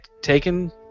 taken